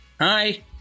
Hi